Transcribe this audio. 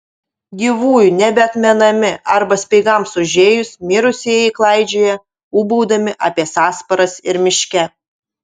gyvųjų nebeatmenami arba speigams užėjus mirusieji klaidžioja ūbaudami apie sąsparas ir miške